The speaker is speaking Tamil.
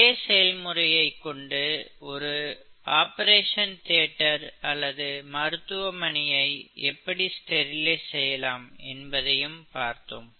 இதே செயல்முறையை கொண்டு ஒரு ஆபரேஷன் தியேட்டர் அல்லது மருத்துவமனையை எப்படி ஸ்டெரிலைஸ் செய்யலாம் என்பதையும் பார்த்தோம்